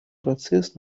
процесс